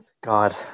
God